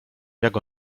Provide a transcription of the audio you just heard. jak